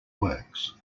works